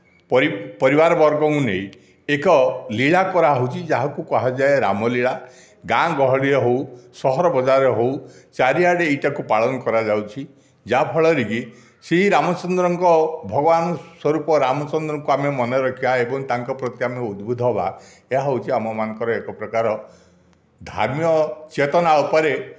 ପରିବାର ପରିବାରବର୍ଗଙ୍କୁ ନେଇ ଏକ ଲୀଳା କରାହେଉଛି ଯାହାକୁ କୁହାଯାଏ ରାମ ଲୀଳା ଗାଁ ଗହଳିରେ ହେଉ ସହର ବଜାରରେ ହେଉ ଚାରିଆଡ଼େ ଏଇଟାକୁ ପାଳନ କରାଯାଉଛି ଯାହାଫଳରେ କି ସେହି ରାମଚନ୍ଦ୍ରଙ୍କ ଭଗବାନ ସ୍ୱରୂପ ରାମଚନ୍ଦ୍ରଙ୍କୁ ଆମେ ମନେ ରଖିବା ଏବଂ ତାଙ୍କ ପ୍ରତି ଆମେ ଉଦ୍ବୁଦ୍ଧ ଏହା ହେଉଛି ଆମମାନଙ୍କର ଏକପ୍ରକାର ଧର୍ମୀୟ ଚେତନା ଉପରେ